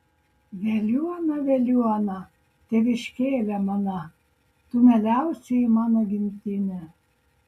veliuona veliuona tėviškėle mana tu mieliausioji mano gimtine